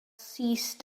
ceased